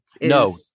No